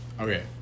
Okay